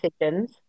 decisions